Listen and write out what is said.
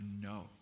no